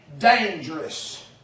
dangerous